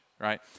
right